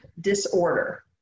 disorder